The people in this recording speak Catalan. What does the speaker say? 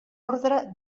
ordre